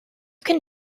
can